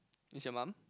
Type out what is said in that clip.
is your mum